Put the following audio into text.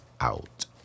Out